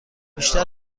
بیشتر